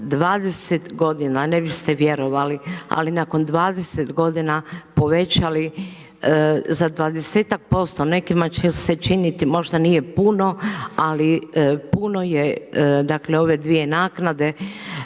20 godina ne biste vjerovali, ali nakon 20 godina povećali za 20-ak%, nekima će se činiti možda nije puno ali puno je dakle ove dvije naknade.